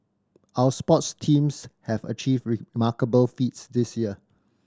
our sports teams have achieved remarkable feats this year